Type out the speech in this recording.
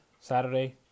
Saturday